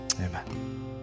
Amen